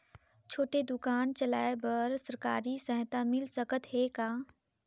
छोटे दुकान चलाय बर सरकारी सहायता मिल सकत हे का?